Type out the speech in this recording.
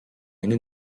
энэ